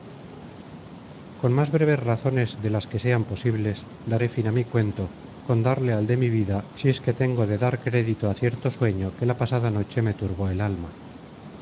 con más breves razones de las que sean posibles daré fin á mi cuento con darle al de mi vida si es que tengo de dar crédito á cierto sueño que la pasada noche me turbó el alma